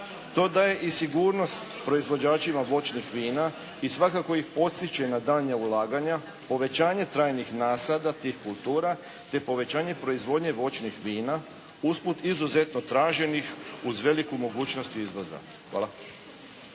To daje i sigurnost proizvođačima voćnih vina i svakako ih potiče na daljnja ulaganja, povećanje trajnih nasada tih kultura te povećanje proizvodnje voćnih vina usput izuzetno traženih uz veliku mogućnost izvoza. Hvala.